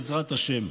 בעזרת השם.